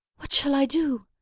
what shall i do?